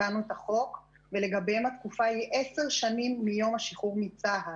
תיקנו את החוק ולגביהם התקופה היא 10 שנים מיום השחרור מצה"ל.